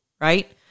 right